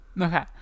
okay